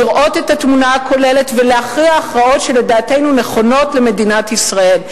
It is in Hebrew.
לראות את התמונה הכוללת ולהכריע הכרעות שלדעתנו נכונות למדינת ישראל.